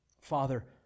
Father